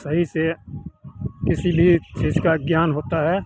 सही से किसी भी चीज़ का ज्ञान होता है